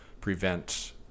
prevent